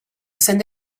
send